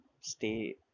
stay